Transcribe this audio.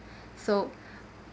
so